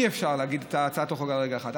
אי-אפשר להציג את הצעת החוק על רגל אחת,